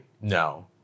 No